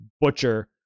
butcher